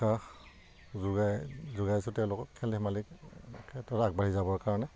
উৎসাহ যোগাই যোগাইছোঁ তেওঁলোকক খেল ধেমালিৰ ক্ষেত্ৰত আগবাঢ়ি যাবৰ কাৰণে